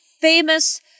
famous